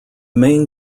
main